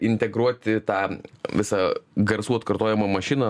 integruoti tą visą garsų atkartojimo mašiną